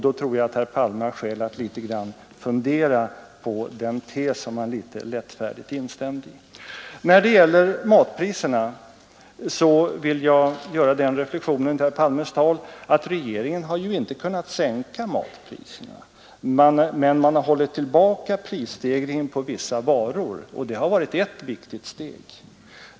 Då tror jag att herr Palme har skäl att fundera litet på den tes som han något lättfärdigt När det gäller matpriserna vill jag göra den reflexionen efter herr Palmes tal att regeringen ju inte har kunnat sänka dem. Men man har hållit tillbaka prisstegringen på vissa varor, och det har varit ett viktigt steg.